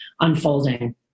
unfolding